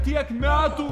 tiek metų